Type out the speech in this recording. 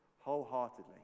wholeheartedly